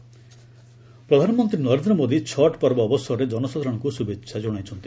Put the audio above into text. PM Chhath ପ୍ରଧାନମନ୍ତ୍ରୀ ନରେନ୍ଦ୍ର ମୋଦି ଛଟ୍ ପର୍ବ ଅବସରରେ ଜନସାଧାରଣଙ୍କୁ ଶୁଭେଚ୍ଛା କଣାଇଛନ୍ତି